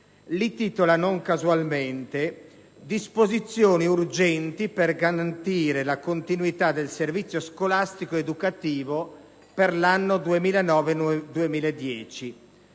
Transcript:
non casualmente: «Disposizioni urgenti per garantire la continuità del servizio scolastico ed educativo per l'anno 2009-2010».